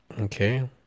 Okay